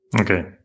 Okay